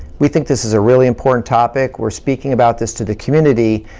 we think this is a really important topic we're speaking about this to the community,